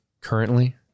currently